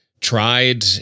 Tried